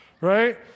right